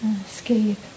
escape